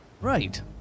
Right